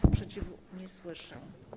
Sprzeciwu nie słyszę.